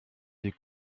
des